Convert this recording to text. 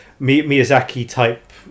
Miyazaki-type